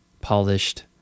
polished